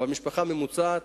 משפחה ממוצעת,